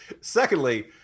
Secondly